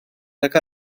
nag